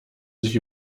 sich